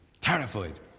terrified